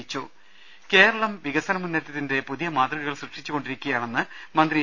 ദർവ്വെട്ടറ കേരളം വികസന മുന്നേറ്റത്തിന്റെ പുതിയ മാതൃകകൾ സൃഷ്ടിച്ചു കൊ ണ്ടിരിക്കുകയാണെന്ന് മന്ത്രി എ